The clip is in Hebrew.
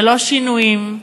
ללא שינויים,